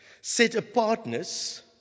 Set-apartness